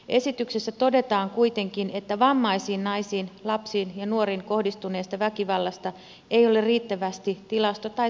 esityksessä todetaan kuitenkin että vammaisiin naisiin lapsiin ja nuoriin kohdistuneesta väkivallasta ei ole riittävästi tilasto tai tutkimustietoa